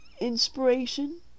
inspiration